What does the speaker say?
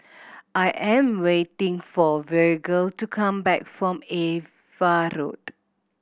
I am waiting for Virgil to come back from Ava Road